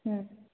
ହୁଁ